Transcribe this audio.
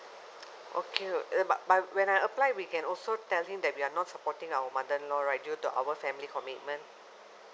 okay what uh but but when I apply we can also tell him that we're not supporting our mother in law right due to our family commitment